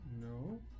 No